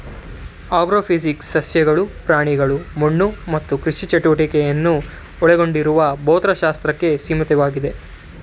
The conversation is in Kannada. ಆಗ್ರೋಫಿಸಿಕ್ಸ್ ಸಸ್ಯಗಳು ಪ್ರಾಣಿಗಳು ಮಣ್ಣು ಮತ್ತು ಕೃಷಿ ಚಟುವಟಿಕೆಯನ್ನು ಒಳಗೊಂಡಿರುವ ಭೌತಶಾಸ್ತ್ರಕ್ಕೆ ಸೀಮಿತವಾಗಿದೆ